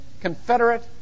Confederate